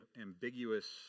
ambiguous